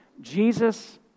Jesus